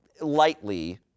lightly